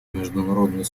международный